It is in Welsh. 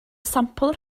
sampl